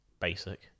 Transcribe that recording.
basic